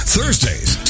Thursdays